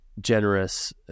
generous